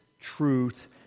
truth